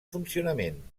funcionament